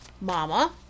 Mama